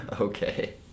okay